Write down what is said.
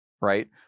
right